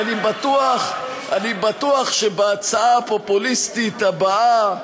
אבל אני בטוח שבהצעה הפופוליסטית הבאה,